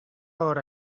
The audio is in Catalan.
hora